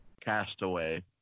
Castaway